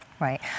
Right